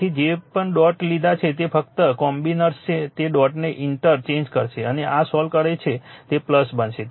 તેથી જે પણ ડોટ લીધા છે તે ફક્ત કોમ્બિનર્સ છે તે ડોટને ઇન્ટર ચેન્જ કરશે અને સોલ્વ કરશે તે બનશે